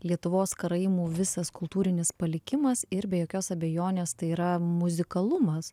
lietuvos karaimų visas kultūrinis palikimas ir be jokios abejonės tai yra muzikalumas